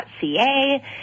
Ca